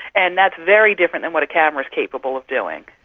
and that's very different than what a camera is capable of doing.